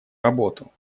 работу